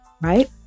right